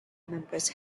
members